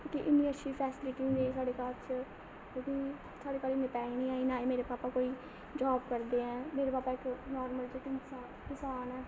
कि इ'न्नी अच्छी फैसिलिटी निं ऐ साढ़े घर च ते फ्ही साढ़े घर इ'न्ने पैहे निं हे मेरे भापा कोई जॉब करदे ऐ मेरे भापा इक नॉर्मल जेह् किसान ऐ